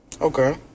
Okay